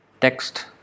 text